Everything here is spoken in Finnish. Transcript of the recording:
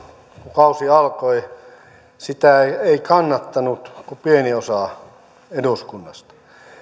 kausi alkoi sitä ei kannattanut kuin pieni osa eduskunnasta